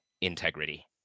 integrity